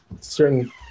certain